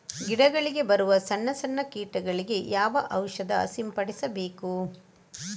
ಗಿಡಗಳಿಗೆ ಬರುವ ಸಣ್ಣ ಸಣ್ಣ ಕೀಟಗಳಿಗೆ ಯಾವ ಔಷಧ ಸಿಂಪಡಿಸಬೇಕು?